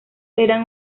eran